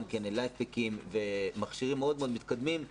Life Pack ומכשירים מאוד מאוד מתקדמים,